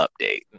update